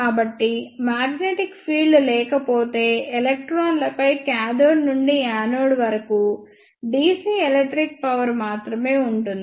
కాబట్టి magnetic field లేకపోతే ఎలక్ట్రాన్లపై కాథోడ్ నుండి యానోడ్ వరకు dc ఎలక్ట్రిక్ పవర్ మాత్రమే ఉంటుంది